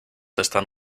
están